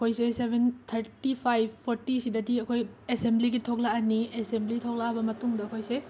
ꯑꯩꯈꯣꯏꯁꯦ seven thirty five ꯐꯣꯔꯇꯤꯁꯤꯗꯗꯤ ꯑꯩꯈꯣꯏ ꯑꯦꯁꯦꯝꯕ꯭ꯂꯤꯒꯤ ꯊꯣꯛꯂꯛꯑꯅꯤ ꯑꯦꯁꯦꯝꯕ꯭ꯂꯤ ꯊꯣꯛꯂꯛꯑꯕ ꯃꯇꯨꯡꯗ ꯑꯩꯈꯣꯏꯁꯦ